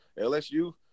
LSU